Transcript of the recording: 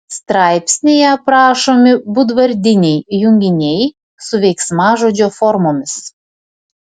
straipsnyje aprašomi būdvardiniai junginiai su veiksmažodžio formomis